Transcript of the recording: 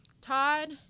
todd